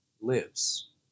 lives